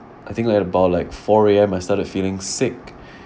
I think like about like four A_M I started feeling sick